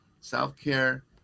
self-care